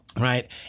right